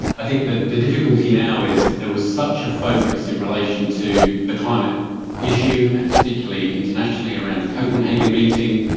i think the the difficulty now is that there was such a focus in relation to the climate issue and particularly internationally around the copenhagen meeting,